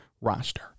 roster